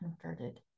converted